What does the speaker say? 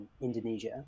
Indonesia